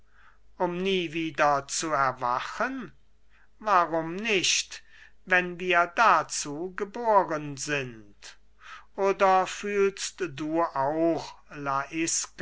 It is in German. um nie wieder zu erwachen warum nicht wenn wir dazu geboren sind oder fühlst du auch